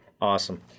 awesome